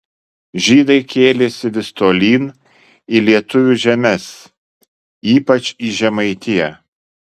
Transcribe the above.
žydai kėlėsi vis tolyn į lietuvių žemes ypač į žemaitiją